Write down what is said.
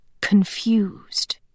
confused